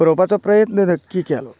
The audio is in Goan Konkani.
बरोवपाचो प्रयत्न नक्की केलो